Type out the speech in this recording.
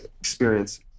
experience